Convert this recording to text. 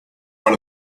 one